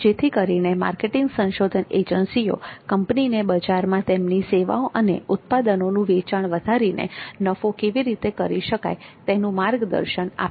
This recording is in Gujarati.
જેથી કરીને માર્કેટિંગ સંશોધન એજન્સીઓ કંપનીને બજારમાં તેમની સેવાઓ અને ઉત્પાદનોનું વેચાણ વધારીને નફો કેવી રીતે વધારી શકાય તેનું માર્ગદર્શન આપે